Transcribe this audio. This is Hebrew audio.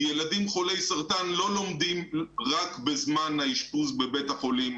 כי ילדים חולי סרטן לא לומדים רק בזמן האשפוז בבית החולים